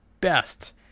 best